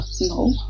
no